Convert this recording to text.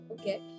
okay